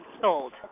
sold